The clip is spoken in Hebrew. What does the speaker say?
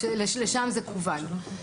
לשם זה כוון.